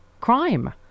crime